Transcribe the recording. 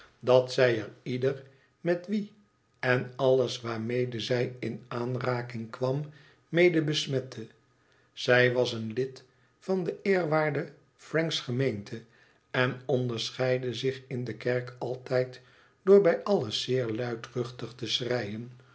dat zij er ieder met wien en alles waarmede zij in aanraking kwam mede besmette zij was een lid van des eerwaarden frank's gemeente en onderscheidde zich in de kerk altijd door bij alles zeer luidruchtig te